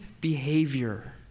behavior